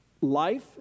life